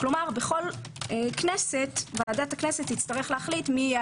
כלומר בכל כנסת ועדת הכנסת תצטרך להחליט מי יהיה